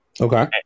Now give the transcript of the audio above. Okay